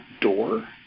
door